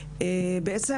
בעצם,